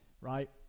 Right